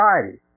society